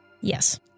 Yes